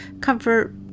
comfort